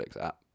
app